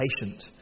patient